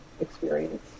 experience